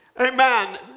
Amen